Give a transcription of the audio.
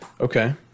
Okay